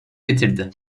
getirdi